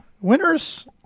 winners